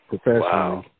Professionally